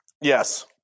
Yes